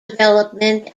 development